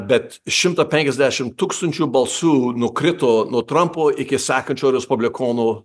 bet šimtą penkiasdešim tūkstančių balsų nukrito nuo trumpo iki sekančio respublikonų